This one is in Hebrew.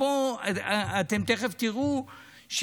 אתם תכף תראו,